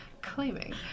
Claiming